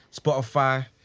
Spotify